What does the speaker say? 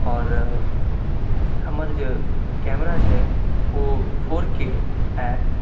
आओर हमर जे कैमरा छै ओ फोर के अएट